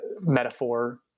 metaphor